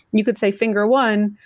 you could say, finger one,